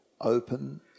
open